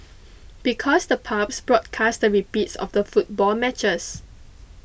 because the pubs broadcast the repeats of the football matches